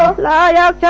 la la